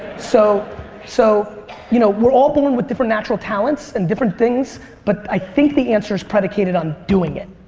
so so you know we're all born with different natural talents and different things but i think the answer is predicated on doing it.